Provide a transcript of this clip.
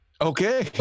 Okay